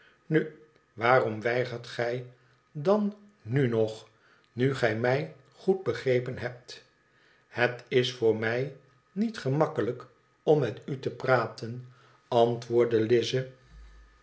nu waarom weigert gij dan nu nog nu gij mij goed begrepen hebt uet is voor mij niet gemakkelijk om met u te praten antwoordde lize